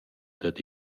dad